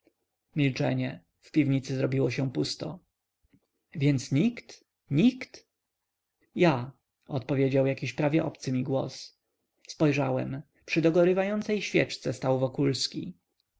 milczenie w piwnicy zrobiło się pusto więc nikt nikt ja odpowiedział jakiś prawie obcy mi głos spojrzałem przy dogorywającej świeczce stał wokulski